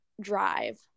drive